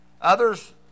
Others